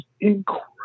incredible